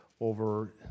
over